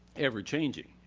ever changing.